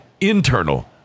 internal